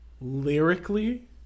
Lyrically